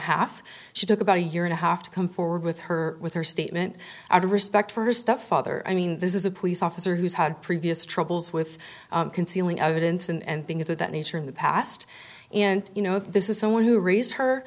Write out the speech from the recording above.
half she took about a year and a half to come forward with her with her statement out of respect for her stepfather i mean this is a police officer who's had previous troubles with concealing evidence and things of that nature in the past and you know this is someone who raised her